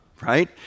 Right